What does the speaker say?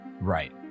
right